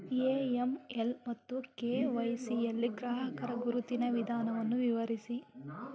AML ಮತ್ತು KYC ಯಲ್ಲಿ ಗ್ರಾಹಕರ ಗುರುತಿನ ವಿಧಾನವನ್ನು ವಿವರಿಸಿ?